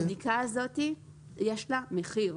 לבדיקה הזאת יש מחיר.